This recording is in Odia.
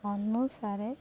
ଅନୁସାରେ